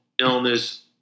illness